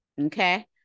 Okay